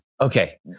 Okay